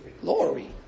Glory